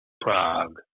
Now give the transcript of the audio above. Prague